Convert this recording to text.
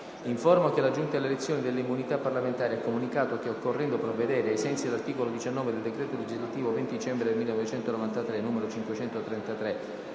Informo che la Giunta delle elezioni e delle immunità parlamentari ha comunicato che, occorrendo provvedere, ai sensi dell'articolo 19 del decreto legislativo 20 dicembre 1993, n. 533,